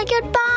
goodbye